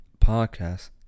podcast